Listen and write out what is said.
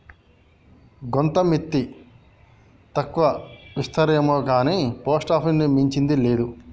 గోంత మిత్తి తక్కువిత్తరేమొగాని పోస్టాపీసుని మించింది లేదు